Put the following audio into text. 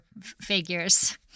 figures